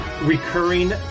recurring